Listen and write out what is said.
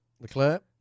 Leclerc